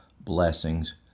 blessings